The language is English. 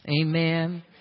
Amen